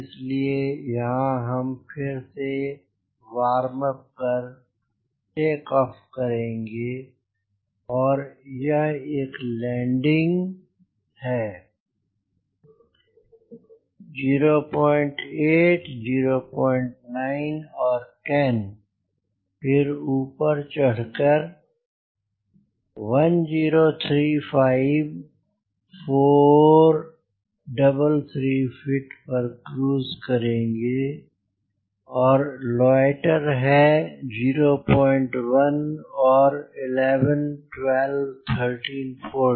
इसलिए यहाँ हम फिर से वार्म अप कर टेक ऑफ करेंगे और यह एक लैंडिंग है 08 09 और 10 फिर ऊपर चढ़ कर 1035433 फ़ीट पर क्रूज करेंगे और लॉयटेर है 010 और 11 12 13 14